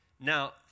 Now